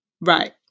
Right